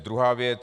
Druhá věc.